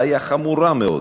בעיה חמורה מאוד,